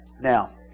Now